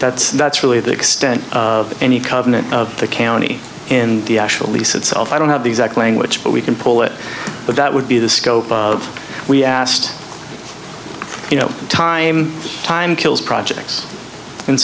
that's that's really the extent of any covenant of the county and the actual lease itself i don't have the exact language but we can pull it but that would be the scope of we asked you know time time kills projects and